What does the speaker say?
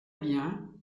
bien